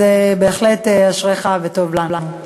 אז בהחלט אשריך, וטוב לנו.